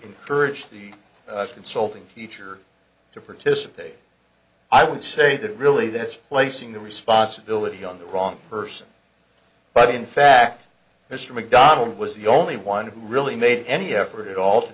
encourage the consulting teacher to participate i would say that really that's placing the responsibility on the wrong person but in fact mr mcdonald was the only one who really made any effort at all to